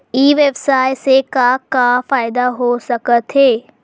ई व्यवसाय से का का फ़ायदा हो सकत हे?